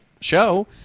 show